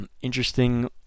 Interesting